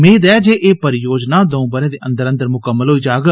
मेद ऐ जे एह् परियोजना दर्ऊ बरें दे अंदर मुकम्मल होई जाग